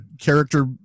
character